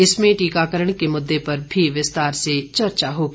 इसमें टीकाकरण के मुद्दे पर भी विस्तार से चर्चा होगी